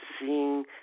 seeing